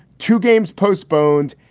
two games postponed,